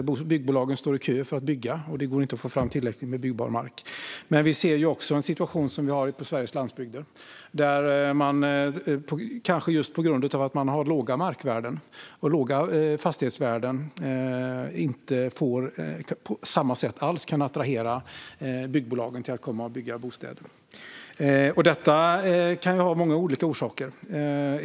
Byggbolagen står i kö för att bygga, och det går inte att få fram tillräckligt med byggbar mark. Men vi ser också den situation som vi har i Sveriges landsbygder. På grund av att man har låga markvärden och låga fastighetsvärden kan man inte där på samma sätt attrahera byggbolagen att komma och bygga bostäder. Detta kan ha många olika orsaker.